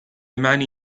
mani